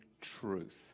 truth